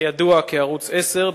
הידוע כערוץ-10,